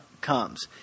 comes